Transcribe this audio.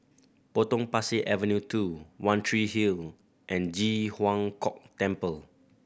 Potong Pasir Avenue Two One Tree Hill and Ji Huang Kok Temple